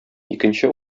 икенче